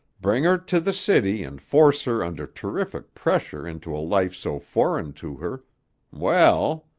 bring her to the city and force her under terrific pressure into a life so foreign to her well!